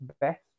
best